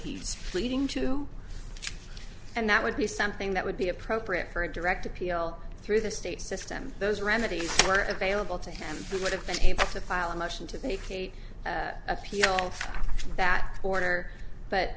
he's pleading to and that would be something that would be appropriate for a direct appeal through the state system those remedies were available to him who would have been able to file a motion to make a appeal that order but